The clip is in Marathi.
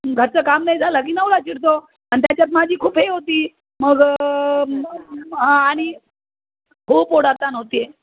घरचं काम नाही झालं की नवरा चिडतो आणि त्याच्यात माझी खूप हे होती मग आणि खूप ओढाताण होते